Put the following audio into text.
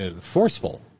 forceful